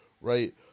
Right